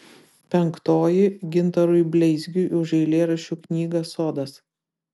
penktoji gintarui bleizgiui už eilėraščių knygą sodas